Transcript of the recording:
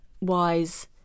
Wise